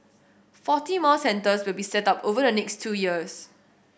forty more centres will be set up over the next two years